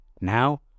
Now